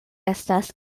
estas